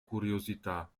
curiosità